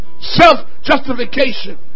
Self-justification